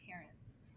parents